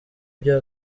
ibyo